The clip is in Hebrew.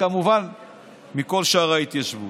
וכמובן מכל שאר ההתיישבות.